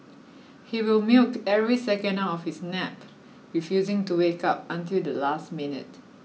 he will milk every second out of his nap refusing to wake up until the last minute